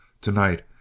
Tonight